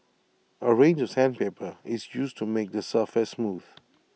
A range of sandpaper is used to make the surface smooth